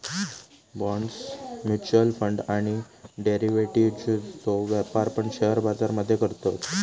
bonds, mutual fund आणि डेरिव्हेटिव्ह्जचो व्यापार पण शेअर बाजार मध्ये करतत